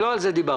לא על זה דיברתי.